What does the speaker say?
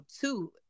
two